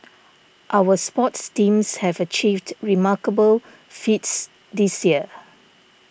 our sports teams have achieved remarkable feats this year